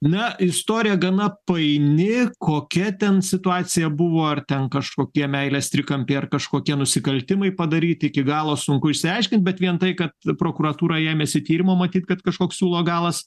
na istorija gana paini kokia ten situacija buvo ar ten kažkokie meilės trikampiai ar kažkokie nusikaltimai padaryti iki galo sunku išsiaiškint bet vien tai kad prokuratūra ėmėsi tyrimo matyt kad kažkoks siūlo galas